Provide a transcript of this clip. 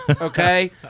okay